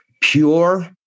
pure